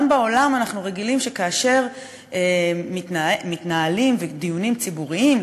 גם בעולם אנחנו רגילים שכאשר מתנהלים דיונים ציבוריים,